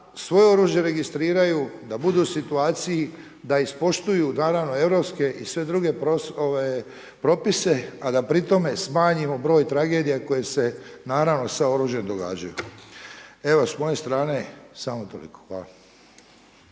svoje oružje registriraju, da budu u situaciji da ispoštuju naravno europske i sve druge propise, a da pri tome smanjimo broj tragedija koje se naravno sa oružjem događaju. Evo s moje strane samo toliko. Hvala.